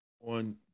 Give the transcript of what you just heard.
on